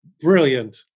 Brilliant